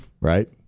Right